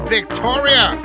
Victoria